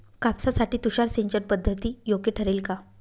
कापसासाठी तुषार सिंचनपद्धती योग्य ठरेल का?